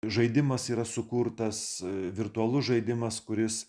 žaidimas yra sukurtas virtualus žaidimas kuris